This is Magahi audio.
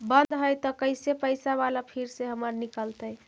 बन्द हैं त कैसे पैसा बाला फिर से हमर निकलतय?